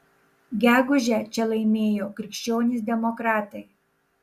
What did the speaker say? gegužę čia laimėjo krikščionys demokratai